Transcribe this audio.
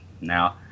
Now